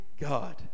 God